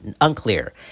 unclear